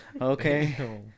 Okay